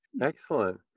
Excellent